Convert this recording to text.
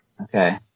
Okay